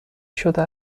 شده